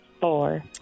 four